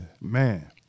Man